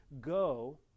Go